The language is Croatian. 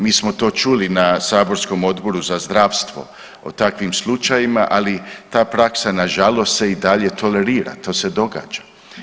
Mi smo to čuli na saborskom Odboru za zdravstvo o takvim slučajevima, ali ta praksa se na žalost i dalje tolerira, to se događa.